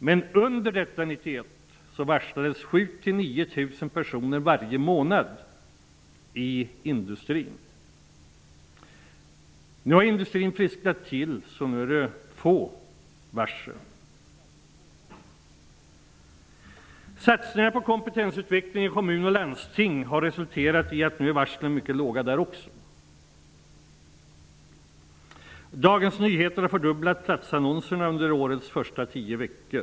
Men under 1991 varslades 7 000--9 000 personer varje månad i industrin. Nu har industrin frisknat till, och nu är det få varsel. Satsningar på kompetensutveckling i kommuner och landsting har resulterat i att antalet varsel är mycket lågt där också. Dagens Nyheter har fördubblat antalet platsannonser under årets första tio veckor.